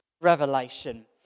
revelation